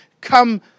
come